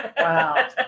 Wow